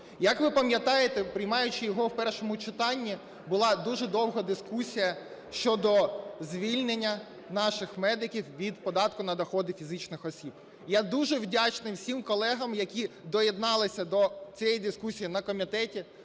Як ви пам'ятаєте, приймаючи його в першому читанні, була дуже довга дискусія щодо звільнення наших медиків від податку на доходи фізичних осіб. Я дуже вдячний всім колегам, які доєдналися до цієї дискусії на комітеті: